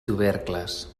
tubercles